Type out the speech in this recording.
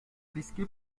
risqué